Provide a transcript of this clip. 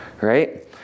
right